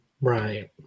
Right